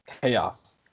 Chaos